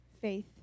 faith